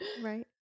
Right